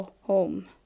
home